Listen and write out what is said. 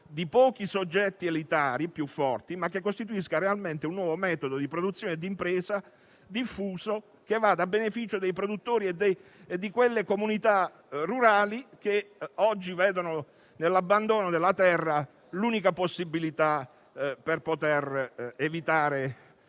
di pochi soggetti elitari, più forti, ma costituisca realmente un nuovo metodo di produzione e di impresa diffuso, che vada a beneficio dei produttori e di quelle comunità rurali che oggi vedono nell'abbandono della terra l'unica possibilità per evitare